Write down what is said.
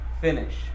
Finish